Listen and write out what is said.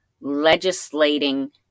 legislating